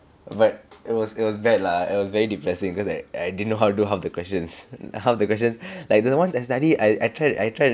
but it was it was bad lah it was very depressing cause like I I didn't know how to do half the questions half the questions like the ones I studied I I try to I try to